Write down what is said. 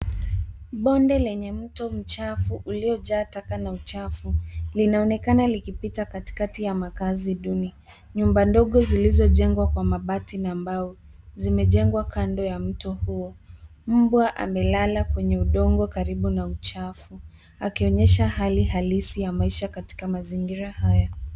Bonde lenye mto mchafu uliojaa taka na uchafu linaonekana likipita katikati ya makazi duni, nyumba ndogo zilizojengwa kwa mabati na mbao zimejengwa kando ya mto huo ,mbwa amelala kwenye udongo karibu na uchafu akionyesha hali halisi ya maisha katika mazingira haya.